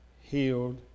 healed